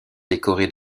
décoré